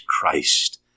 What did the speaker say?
Christ